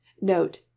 Note